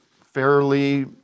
fairly